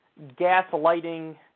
gaslighting